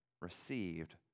received